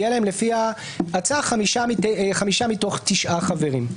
יהיה להם לפי ההצעה חמישה מתוך תשעה חברים.